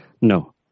No